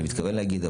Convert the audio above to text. אבל אני מתכוון להגיד,